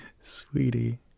Sweetie